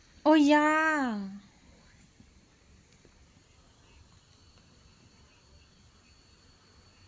oh yeah